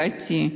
לדעתי,